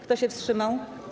Kto się wstrzymał?